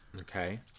Okay